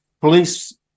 police